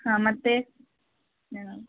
ಹಾಂ ಮತ್ತೆ ಏನಾ